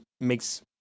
makes